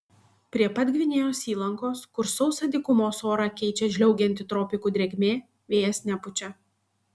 prie pat gvinėjos įlankos kur sausą dykumos orą keičia žliaugianti tropikų drėgmė vėjas nepučia